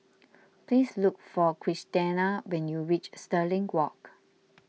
please look for Christena when you reach Stirling Walk